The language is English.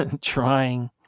trying